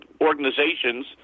organizations –